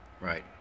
Right